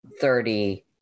Thirty